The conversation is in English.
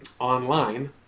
online